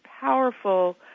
powerful